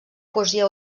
poesia